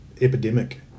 epidemic